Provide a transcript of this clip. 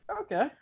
Okay